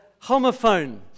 homophone